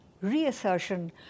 Reassertion